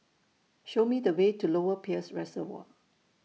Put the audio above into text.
Show Me The Way to Lower Peirce Reservoir